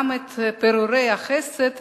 גם את פירורי החסד,